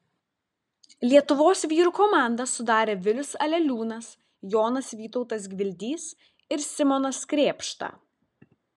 lietuvos vyrų komandą sudarė vilius aleliūnas jonas vytautas gvildys ir simonas krėpšta